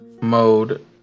mode